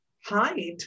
hide